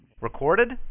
Recorded